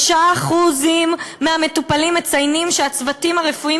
3% מהמטופלים מציינים שהצוותים הרפואיים